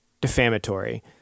defamatory